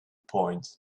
point